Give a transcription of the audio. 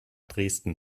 dresden